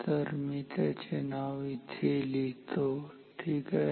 तर मी त्याचे नाव येथे लिहितो ठीक आहे